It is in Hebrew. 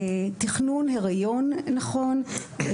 תכנון היריון נכון,